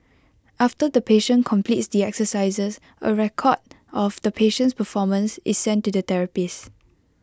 after the patient completes the exercises A record of the patient's performance is sent to the therapist